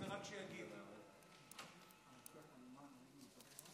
וגם אין לו כוונה להגיע לבית המשפט.